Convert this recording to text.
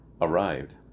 arrived